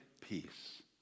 peace